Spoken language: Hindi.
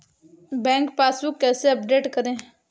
बैंक पासबुक कैसे अपडेट करें?